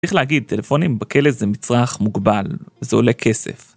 צריך להגיד, טלפונים בכלא זה מצרך מוגבל, זה עולה כסף.